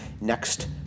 next